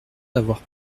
d’avoir